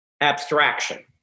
abstraction